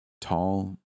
Tall